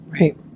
right